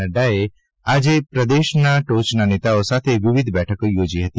નઙાએ આજે પ્રદેશના ટોચના નેતાઓ સાથે વિવિધ બેઠકો યોજી હતી